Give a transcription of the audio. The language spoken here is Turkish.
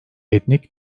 etnik